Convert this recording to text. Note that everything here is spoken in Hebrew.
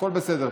הכול בסדר.